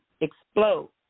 explode